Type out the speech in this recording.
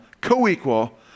co-equal